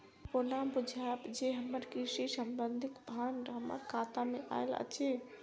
हम कोना बुझबै जे हमरा कृषि संबंधित फंड हम्मर खाता मे आइल अछि?